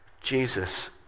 Jesus